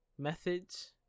methods